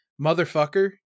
motherfucker